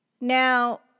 Now